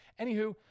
Anywho